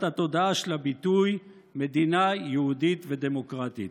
התודעה של הביטוי "מדינה יהודית ודמוקרטית".